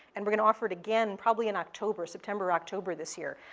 and we're going to offer it again probably in october september or october this year.